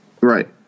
right